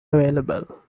available